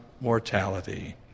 mortality